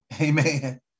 Amen